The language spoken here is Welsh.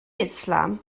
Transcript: islam